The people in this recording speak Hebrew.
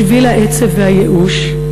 שביל העצב והייאוש,